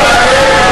יהיה,